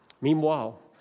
Meanwhile